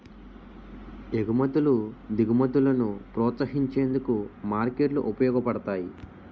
ఎగుమతులు దిగుమతులను ప్రోత్సహించేందుకు మార్కెట్లు ఉపయోగపడతాయి